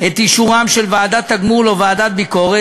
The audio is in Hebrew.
את אישורם של ועדת תגמול או ועדת ביקורת,